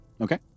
Okay